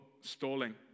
stalling